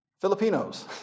Filipinos